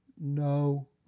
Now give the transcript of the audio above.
No